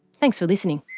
thanks for listening